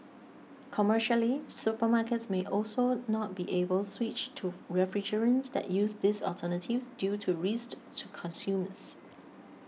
commercially supermarkets may also not be able switch to refrigerants that use these alternatives due to risks to consumers